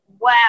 wow